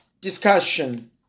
discussion